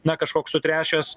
na kažkoks sutrešęs